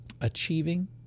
achieving